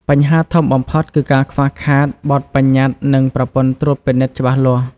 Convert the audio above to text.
បញ្ហាធំបំផុតគឺការខ្វះខាតបទប្បញ្ញត្តិនិងប្រព័ន្ធត្រួតពិនិត្យច្បាស់លាស់។